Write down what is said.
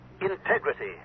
integrity